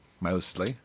Mostly